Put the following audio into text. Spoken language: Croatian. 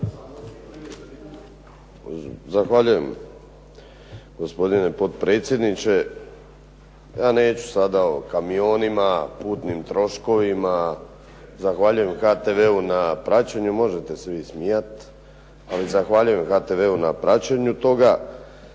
Zahvaljujem gospodine potpredsjedniče. Ja neću sada o kamionima, putnim troškovima, zahvaljujem HTV-u na praćenju, možete se vi smijati, ali zahvaljujem HTV-u na praćenju toga.